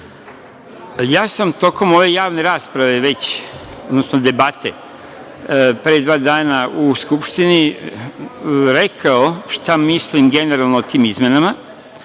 sam tokom ove javne rasprave, odnosno debate pre dva dana u Skupštini rekao šta mislim generalno o tim izmenama,